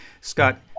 Scott